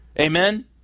Amen